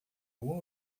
algum